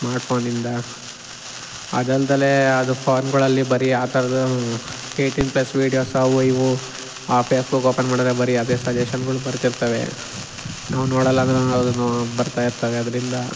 ಸ್ಮಾರ್ಟ್ಫೋನಿಂದ ಅದಲ್ದೆ ಅದು ಫೋನ್ಗಳಲ್ಲಿ ಬರೀ ಆ ಥರದೂ ಏಯ್ಟೀನ್ ಪ್ಲಸ್ ವೀಡಿಯೋಸ್ ಅವು ಇವು ಆ ಫೇಸ್ಬುಕ್ ಓಪನ್ ಮಾಡಿದ್ರೆ ಬರೀ ಅದೇ ಸಜೆಷನ್ಗಳ್ ಬರ್ತಿರ್ತವೆ ನಾವು ನೋಡಲ್ಲ ಅಂದ್ರು ಅದು ಬರ್ತಾಯಿರ್ತವೆ ಅದರಿಂದ